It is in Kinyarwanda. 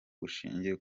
bushingiye